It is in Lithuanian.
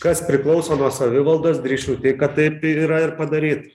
kas priklauso nuo savivaldos drįsčiau teigt kad taip ir yra ir padaryta